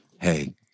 hey